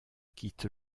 quitte